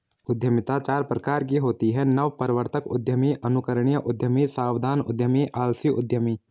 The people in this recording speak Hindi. उद्यमिता चार प्रकार की होती है नवप्रवर्तक उद्यमी, अनुकरणीय उद्यमी, सावधान उद्यमी, आलसी उद्यमी